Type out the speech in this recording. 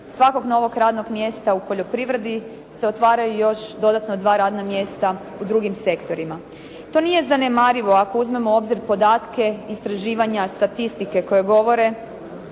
svakog novog radnog mjesta u poljoprivredi se otvaraju još dodatna 2 radna mjesta u drugim sektorima. To nije zanemarivo ako uzmemo u obzir podatke istraživanja statistike koje govore